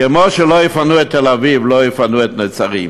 כמו שלא יפנו את תל-אביב, לא יפנו את נצרים.